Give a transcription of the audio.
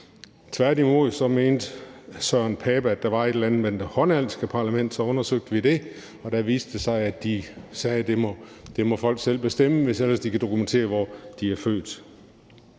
var et eller andet med det hollandske parlament. Så undersøgte vi det. Og der viste det sig, at de sagde, at det må folk selv bestemme, hvis ellers de kan dokumentere, hvor de er født.